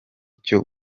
cyo